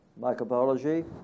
microbiology